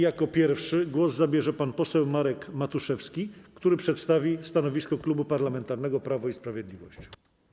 Jako pierwszy głos zabierze pan poseł Marek Matuszewski, który przedstawi stanowisko Klubu Parlamentarnego Prawo i Sprawiedliwość.